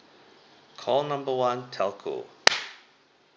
call number one telco